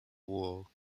war